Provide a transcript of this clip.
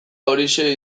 horixe